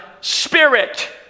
spirit